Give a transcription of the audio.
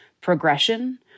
progression